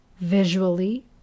visually